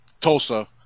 Tulsa